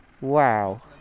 Wow